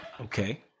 okay